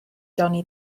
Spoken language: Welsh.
johnny